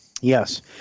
Yes